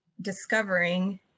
discovering